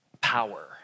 power